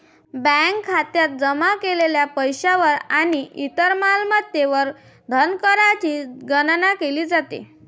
bank खात्यात जमा केलेल्या पैशावर आणि इतर मालमत्तांवर धनकरची गणना केली जाते